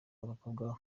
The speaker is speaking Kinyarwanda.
abakobwa